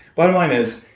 bottom line is,